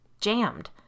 Jammed